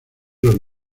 los